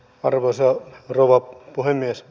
arvoisa rouva puhemies